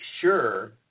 sure